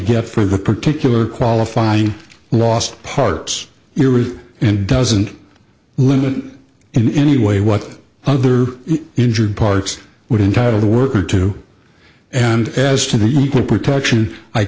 get for the particular qualifying last parts and doesn't limit in any way what other injured parts would entitle the worker to and as to the equal protection i